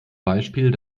beispiel